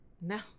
no